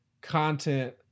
content